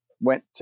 went